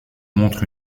montrent